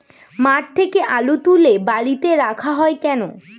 মাঠ থেকে আলু তুলে বালিতে রাখা হয় কেন?